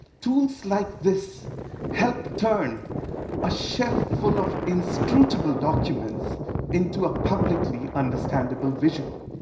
tools like this help turn a shelf full of inscrutable documents into a publicly understandable visual,